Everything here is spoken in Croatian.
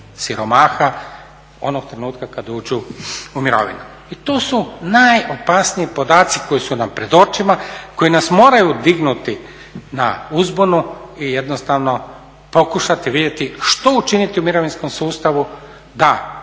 siromaha onog trenutka kada uđu u mirovinu. I to su najopasniji podaci koji su nam pred očima, koji nas moraju dignuti na uzbunu i jednostavno pokušati vidjeti što učiniti u mirovinskom sustavu da zadržimo